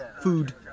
food